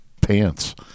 pants